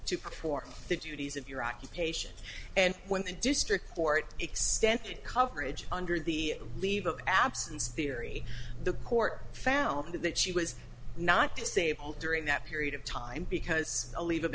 to perform the duties of your occupation and when the district court extensive coverage under the leave of absence theory the court found that she was not disabled during that period of time because a leave of